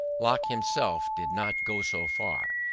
locke himself did not go so far,